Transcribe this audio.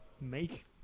Make